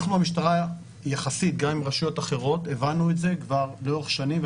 אנחנו המשטרה יחסית גם עם רשויות אחרות הבנו את זה כבר לאורך שנים,